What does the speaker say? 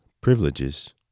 privileges